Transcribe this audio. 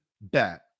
bet